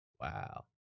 Wow